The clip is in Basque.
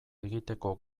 egiteko